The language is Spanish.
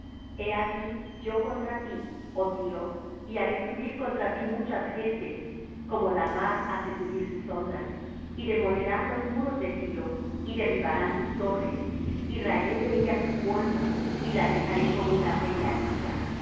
he aquí yo contra ti oh tiro y haré subir contra ti muchas gentes como la mar hace subir sus ondas y demolerán los muros de tiro y derribarán sus torres y raeré de ella su polvo y la dejaré como una peña lisa